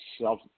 self